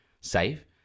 save